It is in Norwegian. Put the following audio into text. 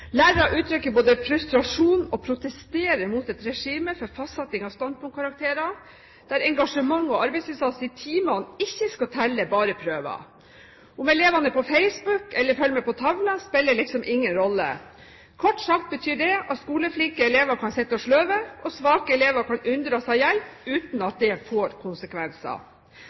protesterer mot et regime for fastsetting av standpunktkarakterer der engasjement og arbeidsinnsats i timene ikke skal telle, bare prøver. Om elevene er på Facebook eller følger med på tavlen, spiller liksom ingen rolle. Kort sagt betyr det at skoleflinke elever kan sitte og sløve, og svake elever kan unndra seg hjelp uten at det får konsekvenser.